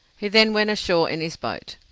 he then went ashore in his boat.